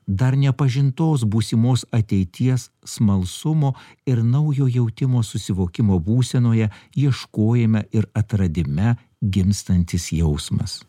dar nepažintos būsimos ateities smalsumo ir naujo jautimo susivokimo būsenoje ieškojime ir atradime gimstantis jausmas